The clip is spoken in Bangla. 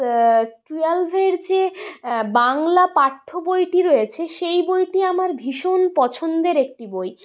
টুয়েলভের যে বাংলা পাঠ্যবইটি রয়েছে সেই বইটি আমার ভীষণ পছন্দের একটি বই